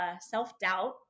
self-doubt